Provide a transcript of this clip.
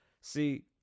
See